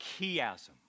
chiasm